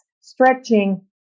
stretching